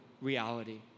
reality